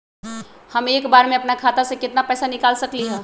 हम एक बार में अपना खाता से केतना पैसा निकाल सकली ह?